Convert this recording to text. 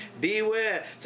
Beware